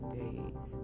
days